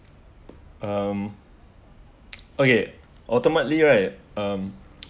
um okay ultimately right um